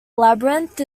labyrinth